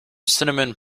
cinnamon